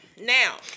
Now